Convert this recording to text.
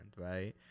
right